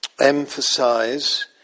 emphasize